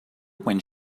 when